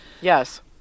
yes